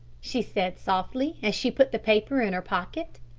she said, softly, as she put the paper in her pocket.